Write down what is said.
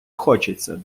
хочеться